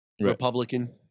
Republican